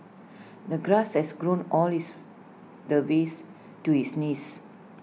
the grass has grown all this the ways to his knees